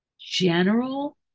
general